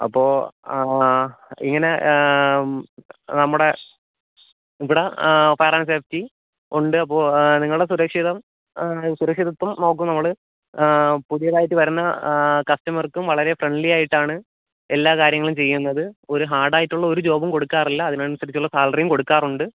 അപ്പോൾ ആ ഇങ്ങനെ നമ്മുടെ ഇവിടെ ഫയർ ആൻഡ് സേഫ്റ്റി ഉണ്ട് അപ്പൊ നിങ്ങൾടെ സുരക്ഷിതം സുരക്ഷിതത്വം നോക്കും നമ്മൾ പുതിയതായിട്ട് വരുന്ന കസ്റ്റമർക്കും വളരെ ഫ്രണ്ട്ലി ആയിട്ടാണ് എല്ലാ കാര്യങ്ങളും ചെയ്യുന്നത് ഒരു ഹാർഡ് ആയിട്ടുള്ള ഒരു ജോബും കൊടുക്കാറില്ല അതിനനുസരിച്ചുള്ള സാലറിയും കൊടുക്കാറുണ്ട്